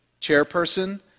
Chairperson